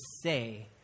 say